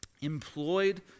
employed